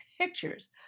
pictures